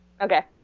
Okay